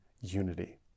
unity